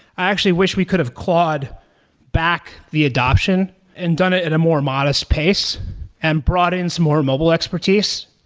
i actually wish we could've clawed back the adoption and done it in a more modest pace and broadens more mobile expertise,